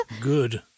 good